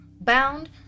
bound